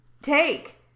take